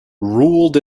ruled